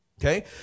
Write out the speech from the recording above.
okay